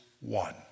one